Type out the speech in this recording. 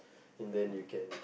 and then you can